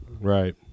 Right